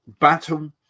battle